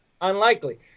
unlikely